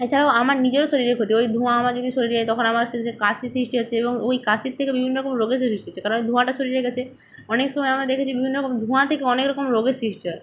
এছাড়াও আমার নিজেরও শরীরের ক্ষতি ওই ধোঁয়া আমার শরীরে যায় তখন আমার শেষে যে কাশি সৃষ্টি হচ্ছে এবং ওই কাশির থেকে বিভিন্ন রকম রোগের সৃষ্টি হচ্ছে কারণ ধোঁয়াটা শরীরে গেছে অনেক সময় আমারা দেখেছি বিভিন্ন রকম ধোঁয়া থেকে অনেক রকম রোগের সৃষ্টি হয়